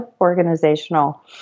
organizational